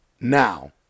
Now